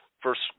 first